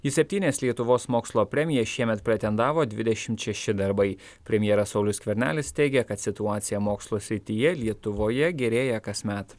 į septynias lietuvos mokslo premijas šiemet pretendavo dvidešimt šeši darbai premjeras saulius skvernelis teigia kad situacija mokslo srityje lietuvoje gerėja kasmet